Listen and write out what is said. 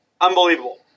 unbelievable